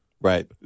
Right